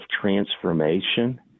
transformation